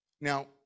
Now